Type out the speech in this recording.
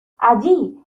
allí